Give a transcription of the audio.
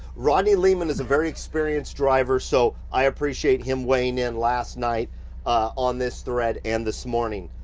rodney lehman is a very experienced driver, so i appreciate him weighing in last night on this thread, and this morning.